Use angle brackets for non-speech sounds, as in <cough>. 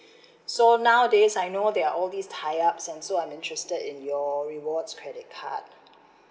<breath> so nowadays I know they are all these tie up and so I'm interested in your rewards credit card